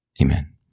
amen